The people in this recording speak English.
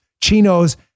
chinos